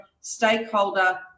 stakeholder